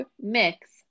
mix